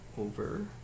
over